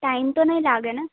time તો નહીં લાગેને